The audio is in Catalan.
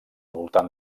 voltant